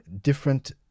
different